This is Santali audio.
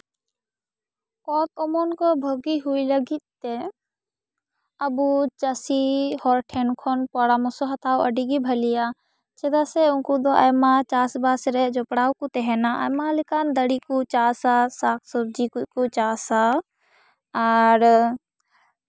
ᱚᱛ ᱚᱢᱚᱱ ᱠᱚ ᱵᱷᱟᱹᱜᱤ ᱦᱩᱭ ᱞᱟᱹᱜᱤᱫ ᱛᱮ ᱟᱵᱚ ᱪᱟᱹᱥᱤ ᱦᱚᱲ ᱴᱷᱮᱱ ᱠᱷᱚᱱ ᱯᱚᱨᱟᱢᱚᱨᱥᱚ ᱦᱟᱛᱟᱣ ᱟᱹᱰᱤ ᱜᱮ ᱵᱷᱟᱹᱞᱤᱭᱟ ᱪᱮᱫᱟᱜ ᱥᱮ ᱩᱱᱠᱩ ᱫᱚ ᱟᱭᱢᱟ ᱪᱟᱥᱼᱵᱟᱥ ᱨᱮ ᱡᱚᱯᱚᱲᱟᱣ ᱠᱮ ᱛᱟᱦᱮᱱᱟ ᱟᱭᱢᱟ ᱞᱮᱠᱟᱱ ᱫᱟᱨᱮ ᱠᱚ ᱪᱟᱥᱟ ᱥᱟᱠ ᱥᱚᱵᱡᱤ ᱠᱩᱡ ᱠᱚ ᱪᱟᱥᱟ ᱟᱨ